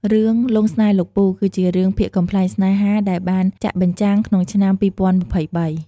រឿង "លង់ស្នេហ៍លោកពូ" គឺជារឿងភាគកំប្លែងស្នេហាដែលបានចាក់បញ្ចាំងក្នុងឆ្នាំ ២០២៣។